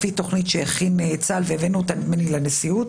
לפי תוכנית שהכין צה"ל והבאנו אותה לנשיאות,